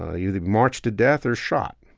ah either marched to death or shot